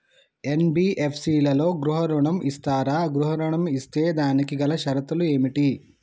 NBFC లలో గృహ ఋణం ఇస్తరా? గృహ ఋణం ఇస్తే దానికి గల షరతులు ఏమిటి?